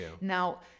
Now